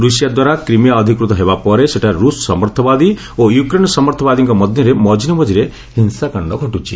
Russia ଦ୍ୱାରା Crimea ଅଧିକୃତ ହେବା ପରେ ସେଠାରେ ରୁଷ ସମର୍ଥବାଦୀ ଓ ୟୁକ୍ରେନ୍ ସମର୍ଥବାଦୀଙ୍କ ମଧ୍ୟରେ ମଝିରେ ମଝିରେ ହିଂସାକାଣ୍ଡ ଘଟ୍ଟିଛି